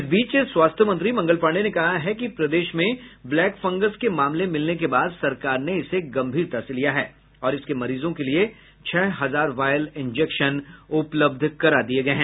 इस बीच स्वास्थ्य मंत्री मंगल पांडेय ने कहा है कि प्रदेश में ब्लैक फंगस के मामले मिलने के बाद सरकार ने इसे गंभीरता से लिया है और इसके मरीजों के लिए छह हजार वायल इंजेक्शन उपलब्ध करा दिया है